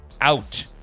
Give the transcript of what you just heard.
out